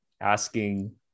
asking